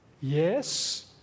Yes